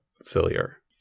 sillier